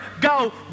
go